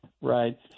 Right